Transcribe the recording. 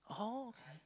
oh okay